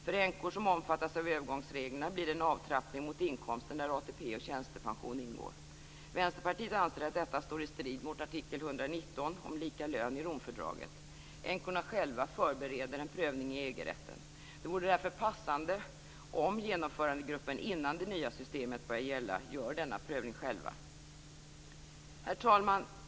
För änkor som omfattas av övergångsreglerna blir det en avtrappning mot inkomsten där ATP och tjänstepension ingår. Vänsterpartiet anser att detta står i strid mot artikel 119 om lika lön i Romfördraget. Änkorna själva förbereder en prövning i EG rätten. Det vore därför passande om Genomförandegruppen gör denna prövning själva innan det nya systemet börjar gälla. Herr talman!